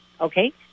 Okay